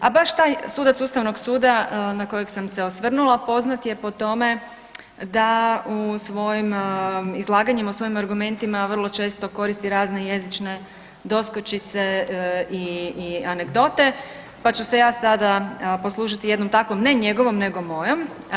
A baš taj sudac ustavnog suda na kojeg sam se osvrnula poznat je po tome da u svojim izlaganjima i svojim argumentima vrlo često koristi razne jezične doskočice i anegdote, pa ću se ja sada poslužiti jednom takvom ne njegovom nego mojom.